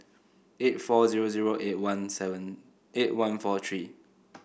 eight four zero zero eight one seven eight one four three